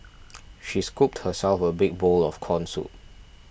she scooped herself a big bowl of Corn Soup